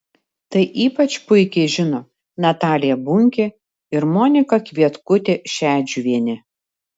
tai ypač puikiai žino natalija bunkė ir monika kvietkutė šedžiuvienė